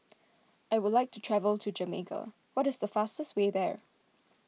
I would like to travel to Jamaica what is the fastest way there